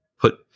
put